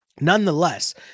nonetheless